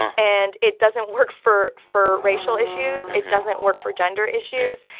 and it doesn't work for for racial issues it doesn't work for gender issues.